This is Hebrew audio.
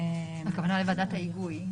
הכוונה לוועדת ההיגוי?